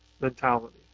mentality